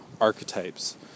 archetypes